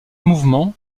mouvement